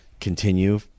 continue